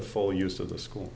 the full use of the school